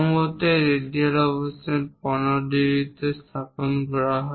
সম্ভবত এই রেডিয়াল অবস্থান 15 ডিগ্রীতে স্থাপন করা হয়